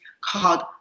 called